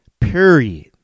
Period